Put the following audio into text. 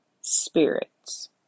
Spirits